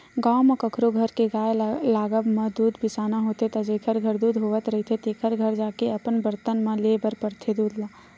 गाँव म कखरो घर के गाय लागब म दूद बिसाना होथे त जेखर घर दूद होवत रहिथे तेखर घर जाके अपन बरतन म लेय बर परथे दूद ल